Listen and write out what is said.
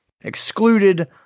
excluded